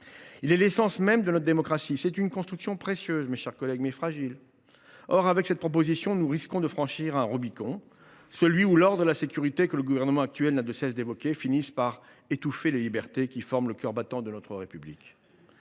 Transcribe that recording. Il est l’essence même de notre démocratie. C’est une construction précieuse, mais fragile. Or, avec cette proposition de loi, nous risquons de franchir un Rubicon, au delà duquel l’ordre et la sécurité, que le gouvernement actuel n’a de cesse d’évoquer, finissent par étouffer les libertés qui forment le cœur battant de notre République.